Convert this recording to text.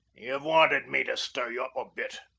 ye've wanted me to stir ye up a bit.